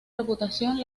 reputación